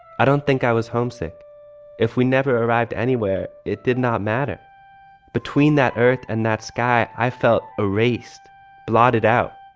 i don't think i was homesick if we never arrived anywhere it did not matter between that earth and that sky. i felt a raced blotted out.